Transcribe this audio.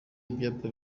ibyapa